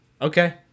Okay